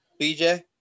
BJ